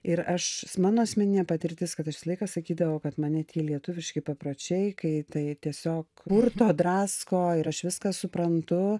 ir aš mano asmeninė patirtis kad aš visą laiką sakydavau kad mane tie lietuviški papročiai kai tai tiesiog purto drasko ir aš viską suprantu